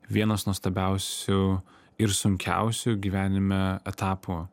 vienas nuostabiausių ir sunkiausių gyvenime etapų